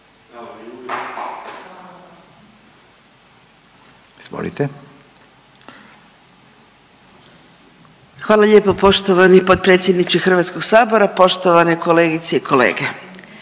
Hvala lijepo poštovani potpredsjedniče Hrvatskog sabora. Poštovani kolega nadovezat